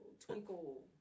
twinkle